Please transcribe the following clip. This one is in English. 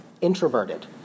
introverted